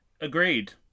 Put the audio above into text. Agreed